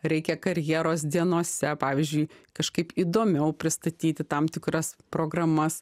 reikia karjeros dienose pavyzdžiui kažkaip įdomiau pristatyti tam tikras programas